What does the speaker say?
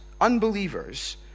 unbelievers